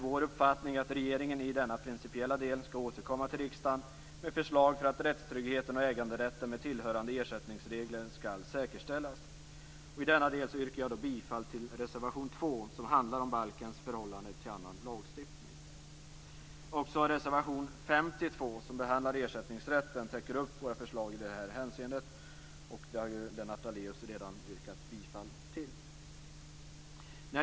Vår uppfattning är att regeringen i denna principiella del skall återkomma till riksdagen med förslag för att rättstryggheten och äganderätten med tillhörande ersättningsregler skall säkerställas. I denna del yrkar jag bifall till reservation 2, som handlar om balkens förhållande till annan lagstiftning. Också reservation 52, som behandlar ersättningsrätten, täcker upp våra förslag i detta hänseende. Den har Lennart Daléus redan yrkat bifall till.